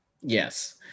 yes